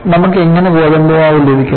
നമുക്ക് എങ്ങനെ ഗോതമ്പ് മാവ് ലഭിക്കും